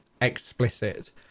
explicit